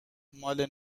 ماله